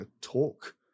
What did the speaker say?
talk